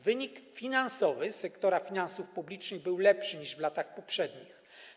Wynik finansowy sektora finansów publicznych był lepszy niż w latach poprzednich.